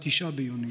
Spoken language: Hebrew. ב-9 ביוני,